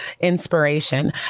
inspiration